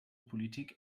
politik